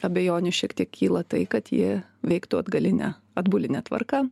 abejonių šiek tiek kyla tai kad ji veiktų atgaline atbuline tvarka